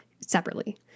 separately